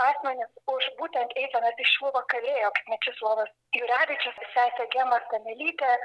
asmenys už būtent eisenas į šiluvą kalėjo mečislovas jurevičius sesė gema stanelytė